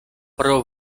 pro